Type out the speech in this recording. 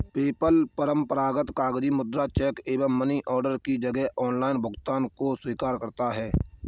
PayPal परंपरागत कागजी मुद्रा, चेक एवं मनी ऑर्डर के जगह पर ऑनलाइन भुगतान को स्वीकार करता है